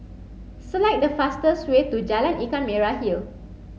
select the fastest way to Jalan Ikan Merah Hill